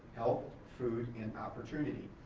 health food and opportunity.